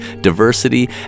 diversity